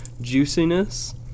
juiciness